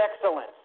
excellence